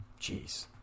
Jeez